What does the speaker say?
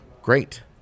great